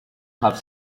have